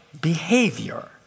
behavior